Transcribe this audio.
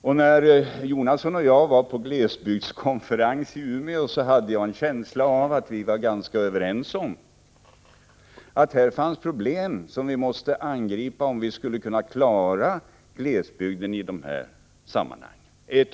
När Bertil Jonasson och jag var på glesbygdskonferens i Umeå hade jag en känsla av att vi var ganska överens om att det här fanns problem som vi måste angripa om vi skulle kunna klara glesbygden i dessa sammanhang.